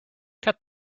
cut